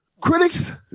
Critics